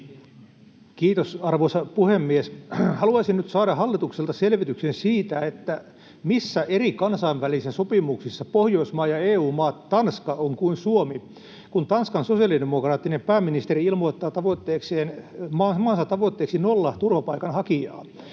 Kiitos, arvoisa puhemies! Haluaisin nyt saada hallitukselta selvityksen siitä, missä eri kansainvälisissä sopimuksissa Pohjoismaa ja EU-maa Tanska on kuin Suomi, kun Tanskan sosiaalidemokraattinen pääministeri ilmoittaa maansa tavoitteeksi nolla turvapaikanhakijaa.